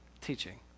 teaching